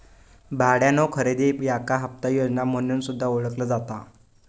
भाड्यानो खरेदी याका हप्ता योजना म्हणून सुद्धा ओळखला जाता